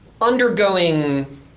undergoing